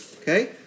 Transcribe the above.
Okay